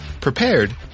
prepared